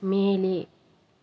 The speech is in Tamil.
மேலே